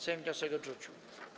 Sejm wniosek odrzucił.